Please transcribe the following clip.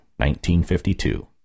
1952